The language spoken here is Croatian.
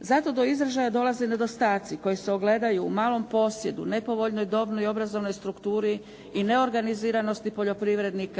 Zato do izražaja dolaze nedostaci koji se ogledaju u malom posjedu, nepovoljnoj dobnoj i obrazovnoj strukturi i neorganiziranosti poljoprivredi